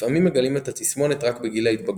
לפעמים מגלים את התסמונת רק בגיל ההתבגרות,